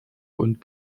und